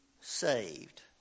saved